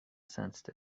sensed